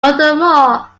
furthermore